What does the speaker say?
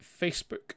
facebook